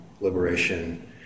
liberation